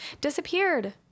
disappeared